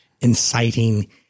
inciting